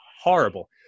horrible